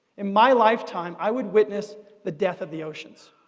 in my lifetime, i would witness the death of the oceans.